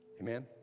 Amen